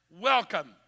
welcome